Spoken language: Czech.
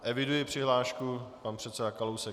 Eviduji přihlášku pan předseda Kalousek.